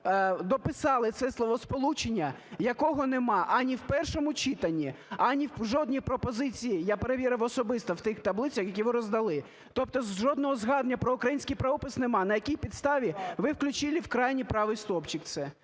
ви дописали це словосполучення, якого нема ані в першому читанні, ані в жодній пропозиції. Я перевірив особисто в тих таблицях, які ви роздали. Тобто жодного згадування про український правопис нема. На якій підставі ви включили в крайній правий стовпчик це?